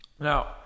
Now